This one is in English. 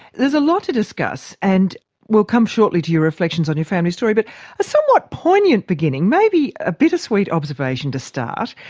there's a lot to discuss and we'll come shortly to your reflections on your family story, but a somewhat poignant beginning maybe a bitter-sweet observation to start,